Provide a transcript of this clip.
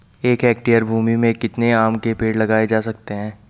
एक हेक्टेयर भूमि में कितने आम के पेड़ लगाए जा सकते हैं?